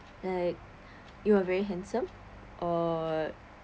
like you are very handsome or